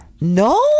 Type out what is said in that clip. No